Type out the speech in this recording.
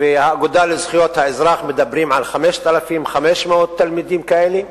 והאגודה לזכויות האזרח מדברים על 5,500 תלמידים כאלה,